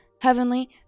heavenly